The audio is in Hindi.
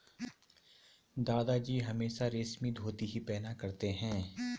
दादाजी हमेशा रेशमी धोती ही पहना करते थे